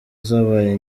zabaye